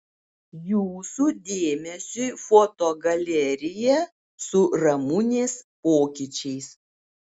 jūsų dėmesiui foto galerija su ramunės pokyčiais